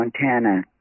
Montana